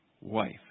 wife